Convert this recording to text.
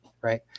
right